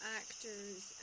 actors